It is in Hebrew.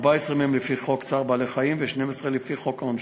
14 מהם לפי חוק צער בעלי-חיים ו-12 לפי חוק העונשין.